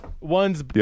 one's